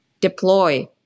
deploy